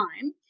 time